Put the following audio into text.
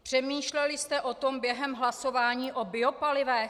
Přemýšleli jste o tom během hlasování o biopalivech?